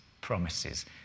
promises